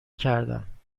کردم